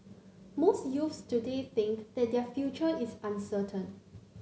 most youths today think that their future is uncertain